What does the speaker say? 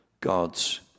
God's